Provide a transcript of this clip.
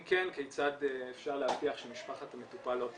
כן כיצד אפשר להבטיח שמשפחת המטופל לא תיפגע.